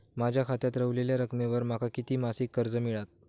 माझ्या खात्यात रव्हलेल्या रकमेवर माका किती मासिक कर्ज मिळात?